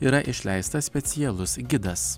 yra išleistas specialus gidas